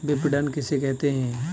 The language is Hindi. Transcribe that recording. विपणन किसे कहते हैं?